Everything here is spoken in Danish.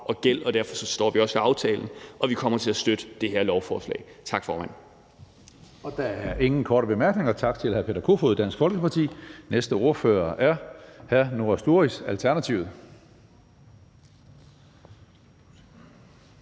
og gæld, og derfor står vi også ved aftalen – og vi kommer til at støtte det her lovforslag. Tak, formand. Kl. 13:46 Tredje næstformand (Karsten Hønge): Der er ingen korte bemærkninger, så tak til hr. Peter Kofod, Dansk Folkeparti. Den næste ordfører er hr. Noah Sturis, Alternativet.